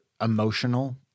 emotional